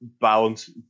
balance